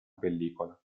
pellicola